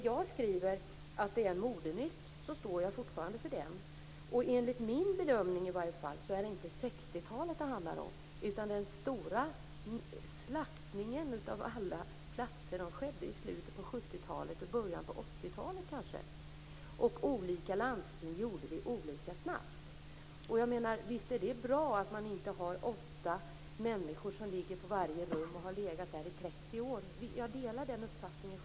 Jag skriver att det är fråga om en modenyck, och det står jag fortfarande för. Enligt min bedömning är det inte 60-talet det handlar om, utan den stora slakten av alla platser skedde i slutet av 70-talet och början av 80-talet. Olika landsting gjorde det olika snabbt. Visst är det bra att det inte ligger åtta människor på varje rum och att de har legat där i 30 år. Jag delar självfallet den uppfattningen.